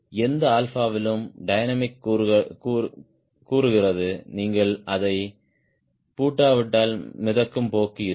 எந்த ஆல்பாவிலும் டைனமிக் கூறுகிறது நீங்கள் அதைப் பூட்டாவிட்டால் மிதக்கும் போக்கு இருக்கும்